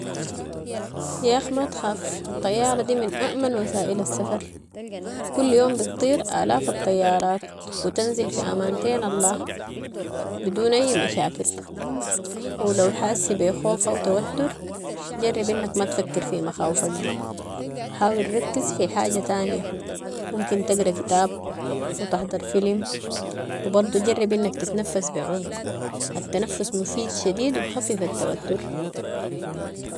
ياخ ما تخاف، الطيارة دي من اامن وسائل السفر، كل يوم بتطير الاف الطيارات و تنزل في امانتين الله، بدون اي مشاكل ولو حاسي بي خوف او توتر، جرب انك ماتفكر في مخاوفك دي و حاول ركز في حاجة تانية، ممكن تقرا كتاب او تحضر فيلم و برضو جرب انك تتنفس بعمق، التنفس مفيد شديد و بخفف التوتر.